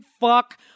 fuck